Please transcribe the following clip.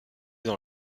dans